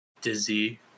Dizzy